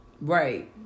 Right